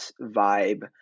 vibe